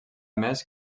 més